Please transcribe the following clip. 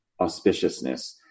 auspiciousness